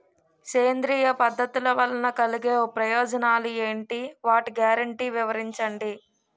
సేంద్రీయ పద్ధతుల వలన కలిగే ప్రయోజనాలు ఎంటి? వాటి గ్యారంటీ వివరించండి?